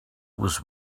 was